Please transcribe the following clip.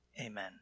Amen